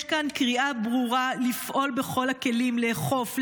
יש כאן קריאה ברורה לפעול בכל הכלים: לאכוף,